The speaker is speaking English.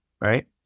right